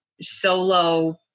solo